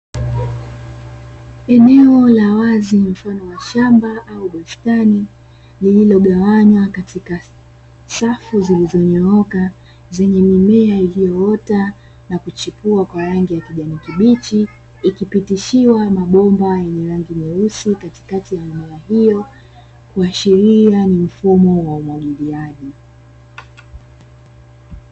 Eneo la wazi mfano wa shamba au bustani, lililogawanywa katika safu zilizonyooka zenye mimea iliyoota na kuchipua kwa rangi ya kijani kibichi, ikipitishiwa mabomba yenye rangi Nyeusi katikati ya mimea hiyo kuashilia ni mfumo wa umwagiliaji.